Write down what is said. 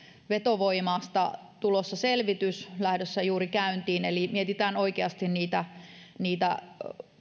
vetovoimasta tulossa selvitys lähdössä juuri käyntiin eli mietitään oikeasti niitä niitä